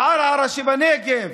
לערערה שבנגב,